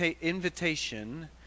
invitation